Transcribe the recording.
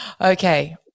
okay